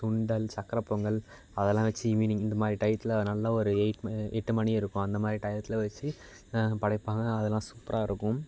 சுண்டல் சக்கரைப் பொங்கல் அதெல்லாம் வெச்சி ஈவினிங் இந்த மாதிரி டையத்தில் நல்ல ஒரு எயிட் எட்டு மணி இருக்கும் அந்த மாதிரி டையத்தில் வெச்சி படைப்பாங்க அதெல்லாம் சூப்பராக இருக்கும்